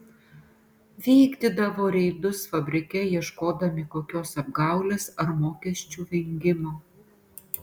vykdydavo reidus fabrike ieškodami kokios apgaulės ar mokesčių vengimo